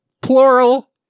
plural